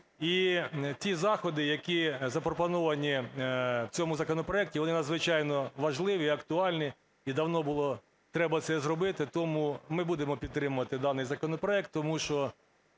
І ті заходи, які запропоновані в цьому законопроекті, вони надзвичайно важливі і актуальні, і давно було треба це зробити. Тому ми будемо підтримувати даний законопроект, тому що